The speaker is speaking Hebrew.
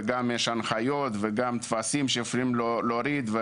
ויש גם הנחיות וטפסים שיכולים להוריד.